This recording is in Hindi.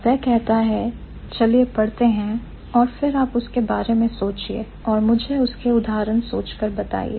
वह कहता है चलिए पढ़ते हैं और फिर आप उसके बारे में सोचिए और मुझे उसके उदाहरण सोच कर बताइए